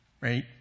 right